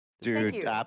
dude